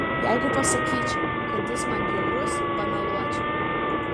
jeigu pasakyčiau kad jis man bjaurus pameluočiau